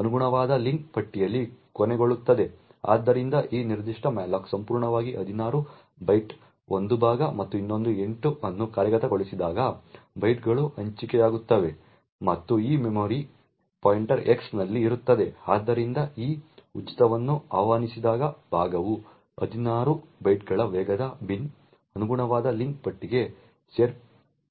ಅನುಗುಣವಾದ ಲಿಂಕ್ ಪಟ್ಟಿಯಲ್ಲಿ ಕೊನೆಗೊಳ್ಳುತ್ತದೆ ಆದ್ದರಿಂದ ಈ ನಿರ್ದಿಷ್ಟ malloc ಸಂಪೂರ್ಣವಾಗಿ 16 ಬೈಟ್ಗಳ ಒಂದು ಭಾಗ ಮತ್ತು ಇನ್ನೊಂದು 8 ಅನ್ನು ಕಾರ್ಯಗತಗೊಳಿಸಿದಾಗ ಬೈಟ್ಗಳು ಹಂಚಿಕೆಯಾಗುತ್ತವೆ ಮತ್ತು ಆ ಮೆಮೊರಿಗೆ ಪಾಯಿಂಟರ್ x ನಲ್ಲಿ ಇರುತ್ತದೆ ಆದ್ದರಿಂದ ಈ ಉಚಿತವನ್ನು ಆಹ್ವಾನಿಸಿದಾಗ ಭಾಗವು 16 ಬೈಟ್ಗಳ ವೇಗದ ಬಿನ್ಗೆ ಅನುಗುಣವಾದ ಲಿಂಕ್ ಪಟ್ಟಿಗೆ ಸೇರಿಸಲ್ಪಡುತ್ತದೆ